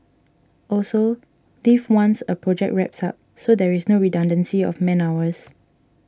also leave once a project wraps up so there is no redundancy of man hours